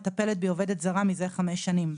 מטפלת בי עובדת זרה מזה חמש שנים.